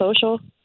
social